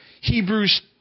Hebrews